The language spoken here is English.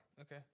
Okay